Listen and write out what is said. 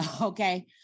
Okay